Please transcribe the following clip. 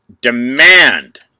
demand